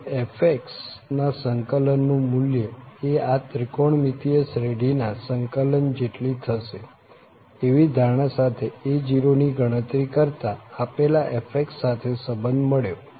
આમ f ના સંકલનનું મુલ્ય એ આ ત્રિકોણમિતિય શ્રેઢીના સંકલન જેટલી થશે એવી ધારણા સાથે a0 ની ગણતરી કરતા આપેલા f સાથે સંબંધ મળ્યો